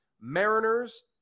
Mariners